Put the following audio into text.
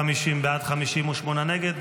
50 בעד, 58 נגד.